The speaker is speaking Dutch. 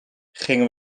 gingen